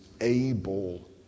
able